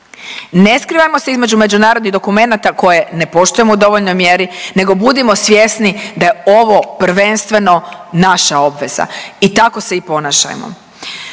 Ne skrivajmo se između međunarodnih dokumenata koje ne poštujemo u dovoljnoj mjeri nego budimo svjesni da je ovo prvenstveno naša obveza i tako se i ponašajmo.